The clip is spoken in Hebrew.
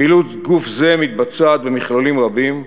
פעילות גוף זה מתבצעת במכלולים רבים,